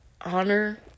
Honor